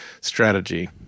strategy